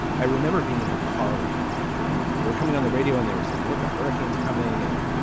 i remember being in the car with my wife and they were coming on the radio and they were saying, look, a hurricane's coming in.